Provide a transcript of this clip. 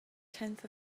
tenth